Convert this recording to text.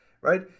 right